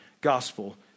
gospel